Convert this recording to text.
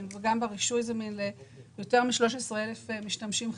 וברישוי זמין ליותר מ-13,000 משתמשים חיצוניים.